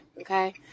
Okay